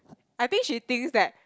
I think she thinks that